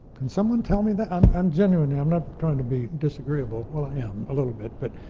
can someone tell me that? i'm i'm genuinely, i'm not trying to be disagreeable. well, i am a little bit. but